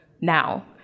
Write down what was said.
now